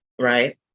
Right